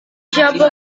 siapa